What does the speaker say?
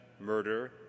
murder